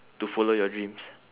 to follow your dreams